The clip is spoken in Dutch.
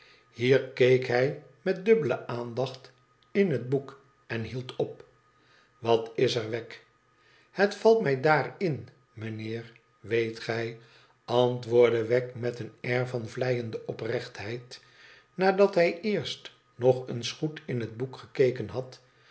hier keek hij met dubbele aandacht in het boek en hield op watiser wegg het valt mij daar in mineer weet gij antwoordde wegg met een air van vleiende oprechthejir nadat hij eerst nog eens goed in het boek gekeken had